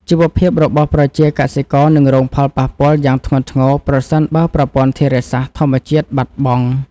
ជីវភាពរបស់ប្រជាកសិករនឹងរងផលប៉ះពាល់យ៉ាងធ្ងន់ធ្ងរប្រសិនបើប្រព័ន្ធធារាសាស្ត្រធម្មជាតិបាត់បង់។